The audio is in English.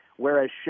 whereas